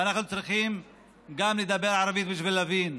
ואנחנו צריכים גם לדבר ערבית בשביל להבין.